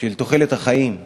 של תוחלת החיים,